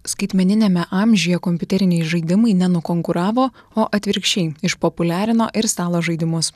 skaitmeniniame amžiuje kompiuteriniai žaidimai nenukonkuravo o atvirkščiai išpopuliarino ir stalo žaidimus